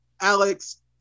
Alex